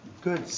good